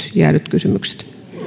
kysymykset